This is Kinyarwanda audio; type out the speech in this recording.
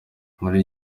muri